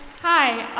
hi.